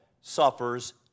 suffers